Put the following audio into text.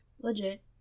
Legit